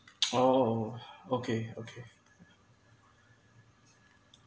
oh okay okay